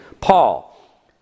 Paul